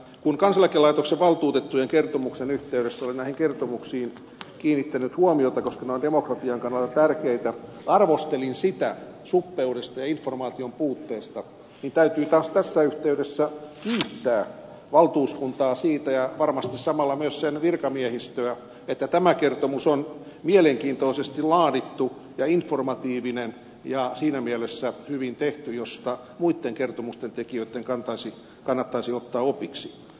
kun kansaneläkelaitoksen valtuutettujen kertomuksen yhteydessä olen näihin kertomuksiin kiinnittänyt huomiota koska ne ovat demokratian kannalta tärkeitä ja arvostelin sitä suppeudesta ja informaation puutteesta niin täytyy taas tässä yhteydessä kiittää valtuuskuntaa ja varmasti samalla myös sen virkamiehistöä siitä että tämä kertomus on mielenkiintoisesti laadittu ja informatiivinen ja siinä mielessä hyvin tehty mistä muitten kertomusten tekijöitten kannattaisi ottaa opiksi